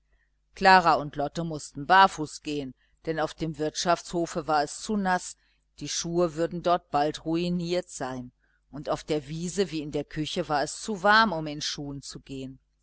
klara und lotte mußten barfuß gehen denn auf dem wirtschaftshofe war es zu naß die schuhe würden dort bald ruiniert sein und auf der wiese wie in der küche war es zu warm um in schuhen zu gehen